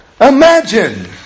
Imagine